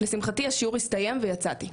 לשמחתי, השיעור הסתיים ויצאתי.